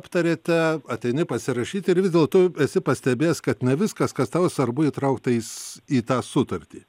aptariate ateini pasirašyti ir vis dėlto esi pastebėjęs kad ne viskas kas tau svarbu įtraukta į s į tą sutartį